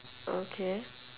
okay